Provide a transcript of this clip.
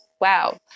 Wow